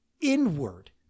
Inward